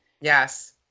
Yes